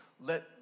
let